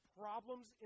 problems